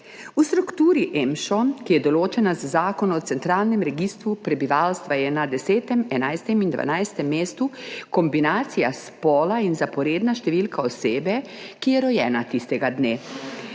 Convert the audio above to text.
V strukturi EMŠO, ki je določena z Zakonom o centralnem registru prebivalstva, je na 10., 11. in 12. mestu kombinacija spola in zaporedna številka osebe, ki je rojena tistega dne.